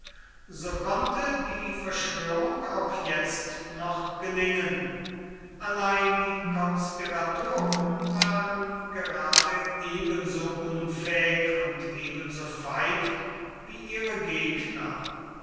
so konnte die verschwörung auch jetzt noch gelingen allein die konspiratoren waren gerade ebenso unfähig und ebenso feig wie ihre gegner